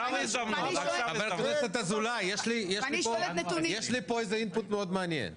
חבר הכנסת אזולאי, יש לי פה אינפוט מעניין מאוד,